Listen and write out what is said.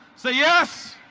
say yes!